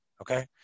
okay